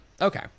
Okay